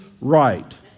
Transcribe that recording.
right